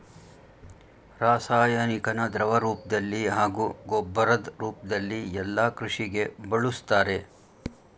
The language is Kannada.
ರಾಸಾಯನಿಕನ ದ್ರವರೂಪ್ದಲ್ಲಿ ಹಾಗೂ ಗೊಬ್ಬರದ್ ರೂಪ್ದಲ್ಲಿ ಯಲ್ಲಾ ಕೃಷಿಗೆ ಬಳುಸ್ತಾರೆ